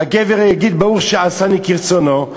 הגבר יגיד "ברוך שעשני כרצונו",